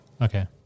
Okay